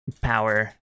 power